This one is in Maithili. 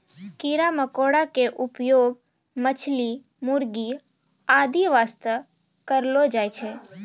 कीड़ा मकोड़ा के उपयोग मछली, मुर्गी आदि वास्तॅ करलो जाय छै